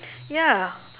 ya